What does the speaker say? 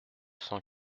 cent